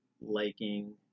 liking